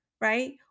right